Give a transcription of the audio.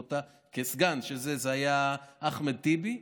זה היה אחמד טיבי,